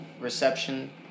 reception